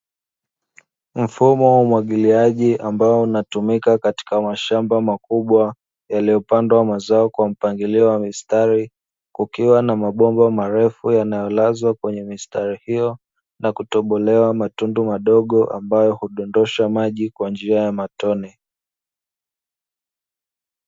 Mfumo wa umwagiliaji ambao unatumika katika mashamba makubwa yaliyopandwa mazao katika mpangilio wa mistari, kukiwa na mabomba marefu yanayolazwa kwenye mistari hiyo na kutobolewa matundu madogo ambayo hudondosha maji kwa njia ya matone.